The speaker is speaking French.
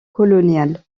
colonial